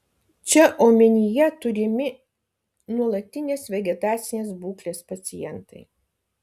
čia omenyje turimi nuolatinės vegetacinės būklės pacientai